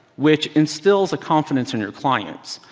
which instills a confidence in your clients.